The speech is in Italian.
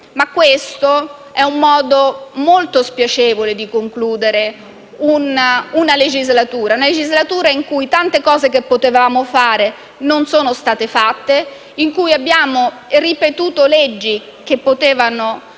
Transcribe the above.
Questo è un modo molto spiacevole di concludere una legislatura. Una legislatura in cui tante cose che potevamo fare non sono state fatte; in cui abbiamo ripetuto leggi ridondanti: